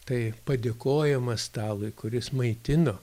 tai padėkojama stalui kuris maitino